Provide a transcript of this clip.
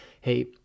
hey